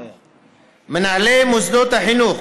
מנהלי מוסדות החינוך